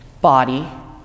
Body